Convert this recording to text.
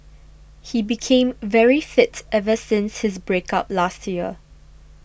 he became very fit ever since his break up last year